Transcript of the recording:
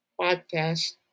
podcast